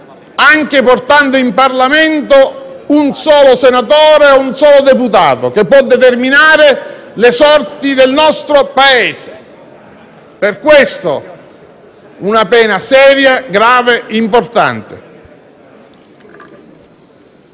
mafie portando in Parlamento anche un solo senatore o un solo deputato, che può determinare le sorti del nostro Paese. Per questo è prevista una pena seria, grave, importante.